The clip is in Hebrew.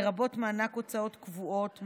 לרבות מענק הוצאות קבועות,